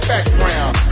Background